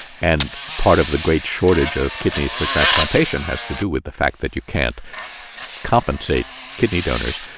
and part of the great shortage of kidneys for transplantation has to do with the fact that you can't compensate kidney donors.